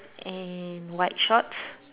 and white shorts